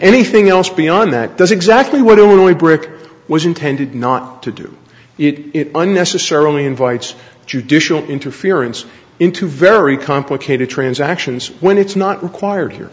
anything else beyond that does exactly what it would only brick was intended not to do it unnecessarily invites judicial interference into very complicated transactions when it's not required here